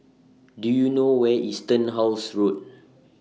Do YOU know Where IS Turnhouse Road